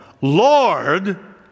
Lord